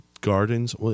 gardens